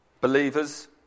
believers